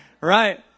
Right